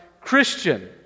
Christian